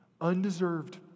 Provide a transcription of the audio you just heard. undeserved